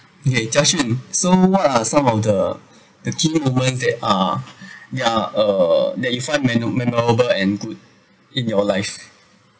okay Jia Xun so what are some of the the key moment that ah ya uh that you find mem~ memorable and good in your life